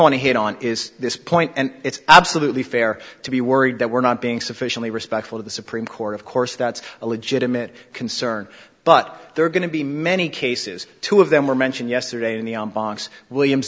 want to hit on is this point and it's absolutely fair to be worried that we're not being sufficiently respectful of the supreme court of course that's a legitimate concern but there are going to be many cases two of them were mentioned yesterday in the box williams